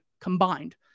combined